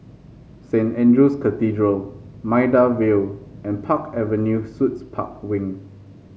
Saint Andrew's Cathedral Maida Vale and Park Avenue Suites Park Wing